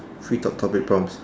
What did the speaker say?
free talk topic prompt